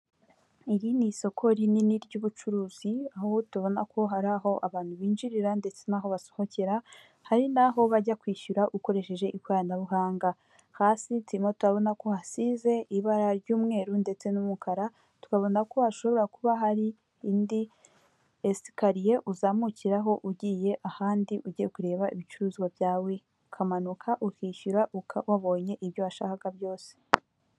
Iri ni isoko rinini ry'ubucuruzi aho tubona ko hari aho abantu binjirira ndetse n'aho basohokera hari n'aho bajya kwishyura ukoresheje ikoranabuhanga hasi turimo turabona ko uhasize ibara ry'umweru ndetse n'umukara, tukabona ko hashobora kuba hari indi esikariye uzamukiraho ugiye ahandi ugiye kureba ibicuruzwa byawe ukamanuka ukishyura ukaba wabonye ibyo washakaga byose.